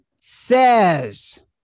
says